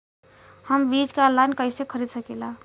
हम बीज के आनलाइन कइसे खरीद सकीला?